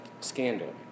scandal